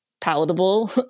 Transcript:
palatable